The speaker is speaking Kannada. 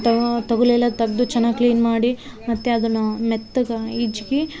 ತೋ ತೊಗಲೆಲ್ಲ ತೆಗೆದು ಚೆನ್ನಾಗ್ ಕ್ಲೀನ್ ಮಾಡಿ ಮತ್ತು ಅದನ್ನು ಮೆತ್ತಗೆ ಹಿಚ್ಕಿ